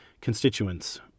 constituents